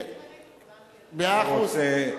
כלייזמרים, מאה אחוז.